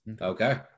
Okay